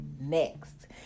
Next